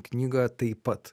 knygą taip pat